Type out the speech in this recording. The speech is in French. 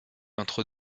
entre